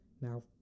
now